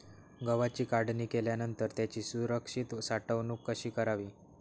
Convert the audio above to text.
गव्हाची काढणी केल्यानंतर त्याची सुरक्षित साठवणूक कशी करावी?